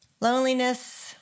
loneliness